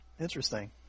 Interesting